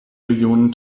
millionen